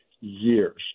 years